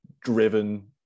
driven